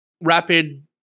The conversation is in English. rapid